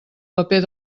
paper